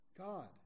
God